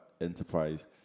Enterprise